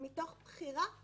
מתוך בחירה שלי.